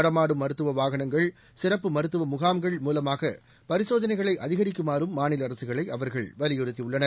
நடமாடும் மருத்துவ வாகனங்கள் சிறப்பு மருத்துவ முகாம்கள் மூலமாக பரிசோதனைகளை அதிகரிக்குமாறும் மாநில அரசுகளை அவர்கள் வலியுறுத்தியுள்ளனர்